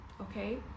okay